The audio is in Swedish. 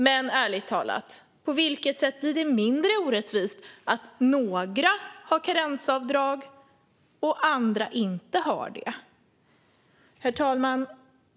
Men ärligt talat: På vilket sätt blir det mindre orättvist att några har karensavdrag och andra inte? Herr talman!